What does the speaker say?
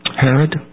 Herod